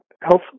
health